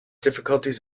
difficulties